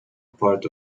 part